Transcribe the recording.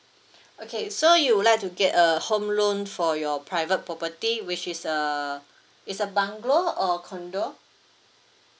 okay so you would like to get a home loan for your private property which is uh it's a bungalow or condo